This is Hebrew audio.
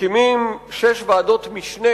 מקימים שש ועדות משנה,